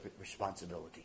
responsibility